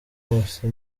wose